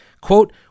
Quote